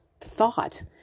thought